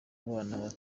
abana